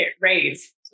raise